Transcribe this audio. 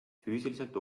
füüsiliselt